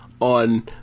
on